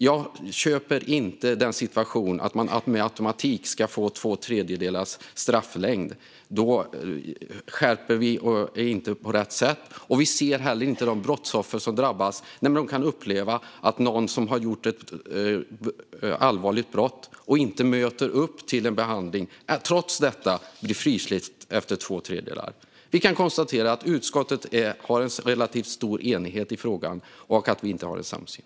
Jag köper inte att man med automatik ska få två tredjedelars strafftid. Då skärper vi inte till det på rätt sätt. Vi ser inte heller de brottsoffer som drabbas när någon som har begått ett allvarligt brott och inte möter upp till en behandling trots detta blir frisläppt efter två tredjedelar. Vi kan konstatera att utskottet har en relativt stor enighet i frågan och att ledamoten och jag inte har en samsyn.